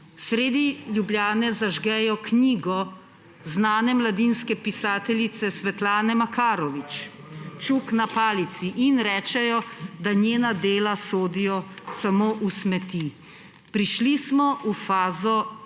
sredi Ljubljane zažgejo knjigo znane mladinske pisateljice Svetlane Makarovič Čuk na palici in rečejo, da njena dela sodijo samo v smeti. Prišli smo v fazo, ki